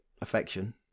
affection